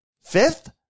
Fifth